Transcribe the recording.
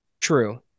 True